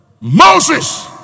Moses